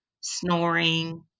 snoring